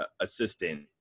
assistant